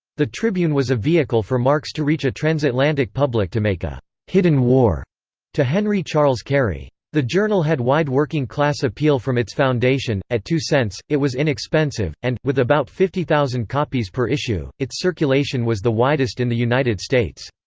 the tribune was a vehicle for marx to reach a transatlantic public to make a hidden war to henry charles carey. the journal had wide working-class appeal from its foundation at two cents, it was inexpensive and, with about fifty thousand copies per issue, its circulation was the widest in the united states.